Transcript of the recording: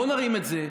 בואו נרים את זה,